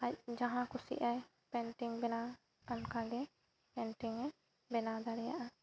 ᱟᱡ ᱡᱟᱦᱟᱸ ᱠᱩᱥᱤᱜ ᱟᱭ ᱯᱮᱱᱴᱤᱝ ᱵᱮᱱᱟᱣ ᱚᱱᱠᱟᱜᱮ ᱯᱮᱱᱴᱤᱝᱮ ᱵᱮᱱᱟᱣ ᱫᱟᱲᱮᱭᱟᱜᱼᱟ